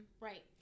right